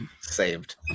Saved